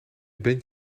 bent